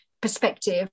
perspective